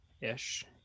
Ish